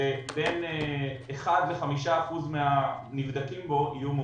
כשבין 1% ל-5% מהנבדקים בו יהיו מאושפזים.